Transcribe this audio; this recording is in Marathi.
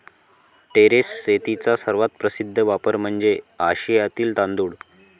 टेरेस शेतीचा सर्वात प्रसिद्ध वापर म्हणजे आशियातील तांदूळ